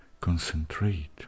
concentrate